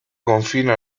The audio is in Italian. confina